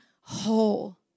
whole